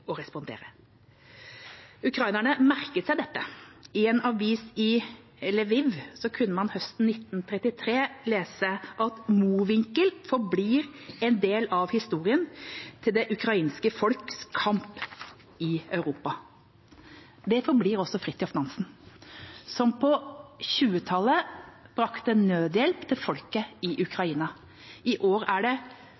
respondere. Ukrainerne merket seg dette. I en avis i Lviv kunne man høsten 1933 lese at Mowinckel forblir en del av historien til det ukrainske folks kamp i Europa. Det forblir også Fridtjof Nansen, som på 1920-tallet brakte nødhjelp til folket i